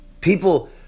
People